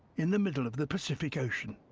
in the middle of the pacific ocean.